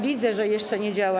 Widzę, że, jeszcze nie działa.